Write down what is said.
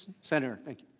senator like